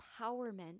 empowerment